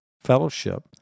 fellowship